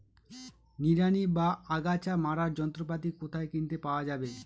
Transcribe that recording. নিড়ানি বা আগাছা মারার যন্ত্রপাতি কোথায় কিনতে পাওয়া যাবে?